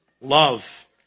love